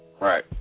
Right